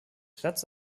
platz